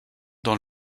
dans